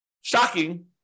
shocking